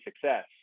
success